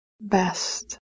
best